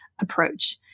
approach